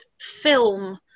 film